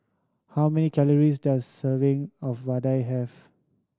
how many calories does a serving of vadai have